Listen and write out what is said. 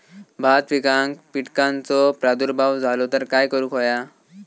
भात पिकांक कीटकांचो प्रादुर्भाव झालो तर काय करूक होया?